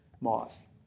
moth